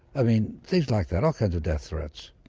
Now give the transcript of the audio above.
i mean things like that, all kinds of death threats.